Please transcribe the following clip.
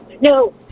No